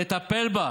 תטפל בה,